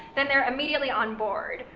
then they're immediately on board,